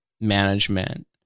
management